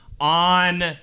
on